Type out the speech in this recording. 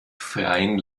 freien